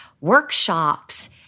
workshops